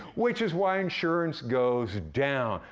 which is why insurance goes down.